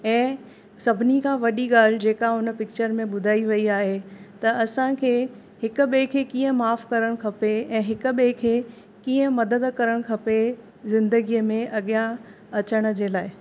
ऐं सभिनी खां वॾी ॻाल्हि जेका हुन पिकिचर में ॿुधाई वई आहे त असांखे हिक ॿिए खे कीअं माफ़ु करणु खपे ऐं हिक ॿिए खे कीअं मदद करणु खपे ज़िंदगीअ में अॻियां अचण जे लाइ